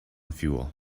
fuel